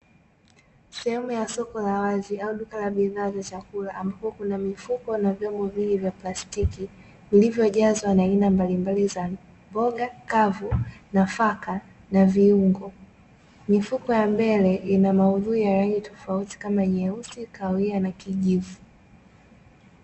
Sehemu ya soko la wazi au duka la bidhaa za chakula, ambapo kuna mifuko na vyombo vingi vya plastiki vilivyojazwa na mbalimbali za mboga kavu, nafaka na viungo. mifuko ya mbele ina maudhui ya rangi tofauti kama nyeusi, kahawia na kijivu.